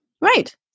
Right